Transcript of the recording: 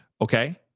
okay